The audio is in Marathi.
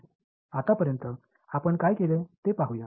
आतापर्यंत आपण काय केले ते पाहूया